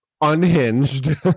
unhinged